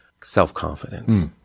self-confidence